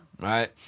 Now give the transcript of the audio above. Right